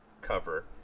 cover